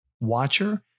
watcher